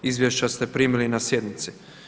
Izvješća ste primili na sjednici.